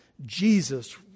Jesus